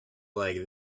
like